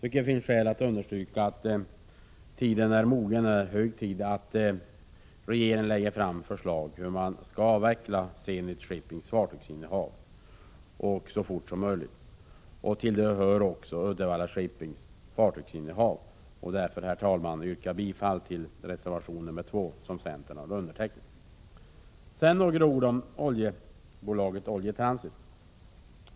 Det finns skäl att understryka att det är hög tid att regeringen lägger fram förslag om hur man skall avveckla Zenit Shippings fartygsinnehav så fort som möjligt. Till detta hör också Uddevalla Shippings fartygsinnehav. Herr talman! Jag yrkar bifall till reservation nr 2, som centern har undertecknat. Sedan vill jag säga några ord om AB Oljetransit.